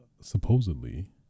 supposedly